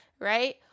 Right